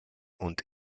und